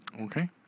Okay